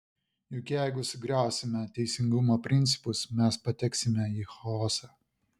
juk jeigu sugriausime teisingumo principus mes pateksime į chaosą